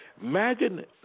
Imagine